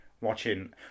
watching